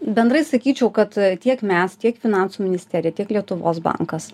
bendrai sakyčiau kad tiek mes tiek finansų ministerija tiek lietuvos bankas